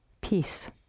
peace